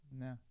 No